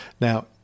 Now